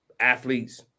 athletes